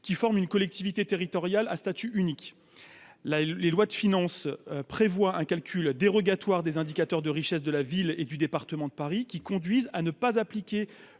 qui forment une collectivité territoriale à statut unique là les lois de finances prévoit un calcul dérogatoire des indicateurs de richesse de la ville et du département de Paris qui conduisent à ne pas appliquer